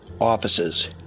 offices